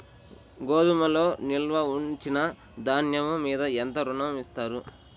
గోదాములో నిల్వ ఉంచిన ధాన్యము మీద ఎంత ఋణం ఇస్తారు?